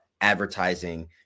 advertising